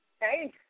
Hey